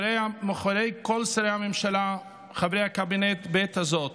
מאחורי כל שרי הממשלה, חברי הקבינט, בעת הזאת.